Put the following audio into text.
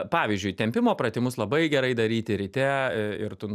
pavyzdžiui tempimo pratimus labai gerai daryti ryte ir tu